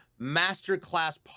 masterclass